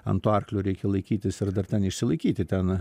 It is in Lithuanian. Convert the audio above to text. ant to arklio reikia laikytis ir dar ten išsilaikyti ten